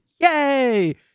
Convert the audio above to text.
Yay